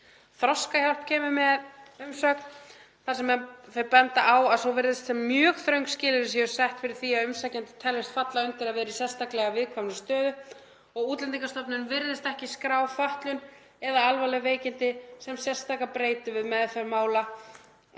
Þroskahjálp kemur með umsögn þar sem þau benda á að svo virðist sem mjög þröng skilyrði séu sett fyrir því að umsækjandi teljist falla undir að vera í sérstaklega viðkvæmri stöðu. Útlendingastofnun virðist ekki skrá fötlun eða alvarleg veikindi sem sérstaka breytu við meðferð mála,